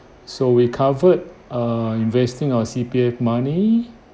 so we covered err investing our C_P_F money